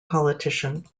politician